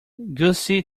gussie